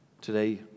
Today